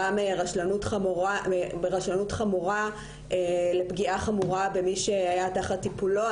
ברשלנות חמורה לפגיעה חמורה במי שהיה תחת טיפולו.